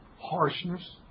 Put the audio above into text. Harshness